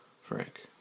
Frank